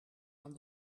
aan